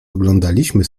oglądaliśmy